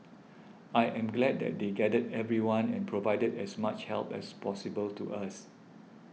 I am glad that they gathered everyone and provided as much help as possible to us